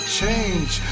change